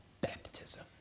baptism